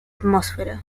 atmósfera